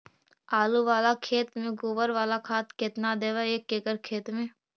आलु बाला खेत मे गोबर बाला खाद केतना देबै एक एकड़ खेत में?